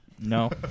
No